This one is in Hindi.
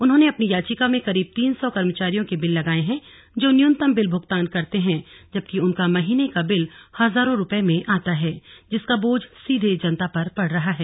उन्होंने अपनी याचिका में करीब तीन सौ कर्मचारियों के बिल लगाये हैं जो न्यूनत बिल भुगतान करते हैं जबकि उनका महीने का बिल हजारों रूपये में आता है जिसका बोझ सीधे जनता पर पड़ रहा है